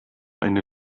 eine